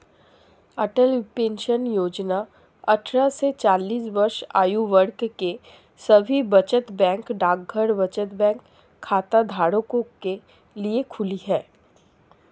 अटल pension योजना अट्ठारह से चालीस वर्ष आयु वर्ग के सभी बचत बैंक डाकघर बचत बैंक खाताधारकों के लिए खुली है